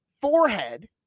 forehead